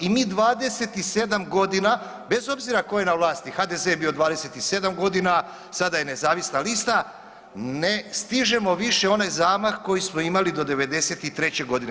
I mi 27 godina bez obzira tko je na vlasti, HDZ je bio 27 godina, sada je nezavisna lista ne stižemo više onaj zamah koji smo imali do '93. godine.